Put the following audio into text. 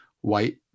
white